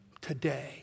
today